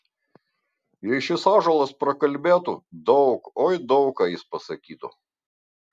jei šis ąžuolas prakalbėtų daug oi daug ką jis pasakytų